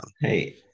Hey